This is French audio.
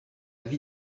vie